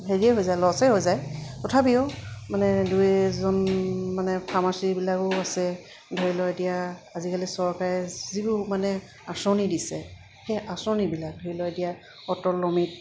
হেৰিয়ে হৈ যায় লচেই হৈ যায় তথাপিও মানে দুজন মানে ফাৰ্মাচীবিলাকো আছে ধৰি লওক এতিয়া আজিকালি চৰকাৰে যিবোৰ মানে আঁচনি দিছে সেই আঁচনিবিলাক ধৰি লওক এতিয়া অটল অমৃত